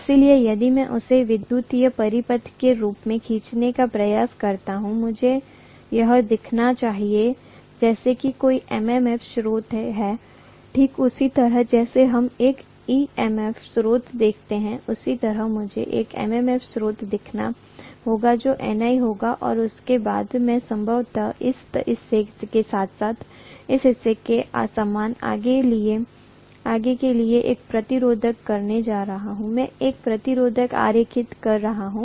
इसलिए यदि मैं इसे विद्युत परिपथ के रूप में खींचने का प्रयास करता हूं मुझे यह दिखाना चाहिए जैसे कि कोई MMF स्रोत है ठीक उसी तरह जैसे हम एक EMF स्रोत दिखाते हैं उसी तरह मुझे एक MMF स्रोत दिखाना होगा जो Ni होगा और उसके बाद मैं संभवतः इस हिस्से के साथ साथ उस हिस्से के समान अंगों के लिए एक प्रतिरोध करने जा रहा हूं मैं एक प्रतिरोध आरेखित कर रहा हूं